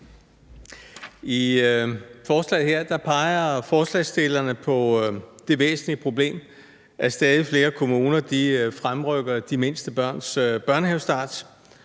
I forslaget her peger forslagsstillerne på det væsentlige problem, at stadig flere kommuner fremrykker de mindste børns børnehavestart.